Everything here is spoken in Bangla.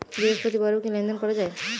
বৃহস্পতিবারেও কি লেনদেন করা যায়?